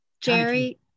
Jerry